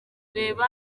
reba